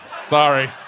Sorry